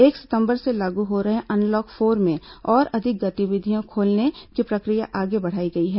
एक सितंबर से लागू हो रहे अनलॉक फोर में और अधिक गतिविधियां खोलने की प्रक्रिया आगे बढ़ायी गयी है